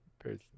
person